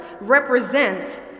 represents